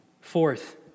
Fourth